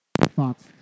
thoughts